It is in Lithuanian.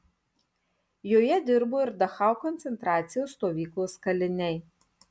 joje dirbo ir dachau koncentracijos stovyklos kaliniai